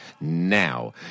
now